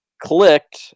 clicked